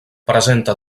presenta